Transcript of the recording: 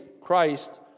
Christ